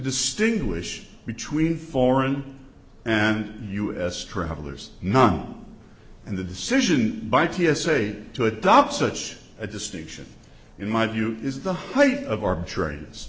distinguish between foreign and u s travelers none and the decision by t s a to adopt such a distinction in my view is the height of arbitra